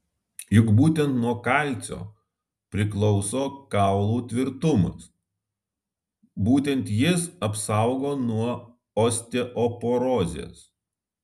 juk būtent nuo kalcio priklauso kaulų tvirtumas būtent jis apsaugo nuo osteoporozės